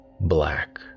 black